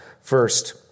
First